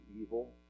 evil